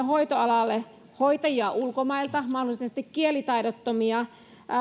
hoitoalalle hoitajia ulkomailta mahdollisesti kielitaidottomia